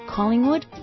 Collingwood